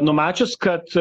numačius kad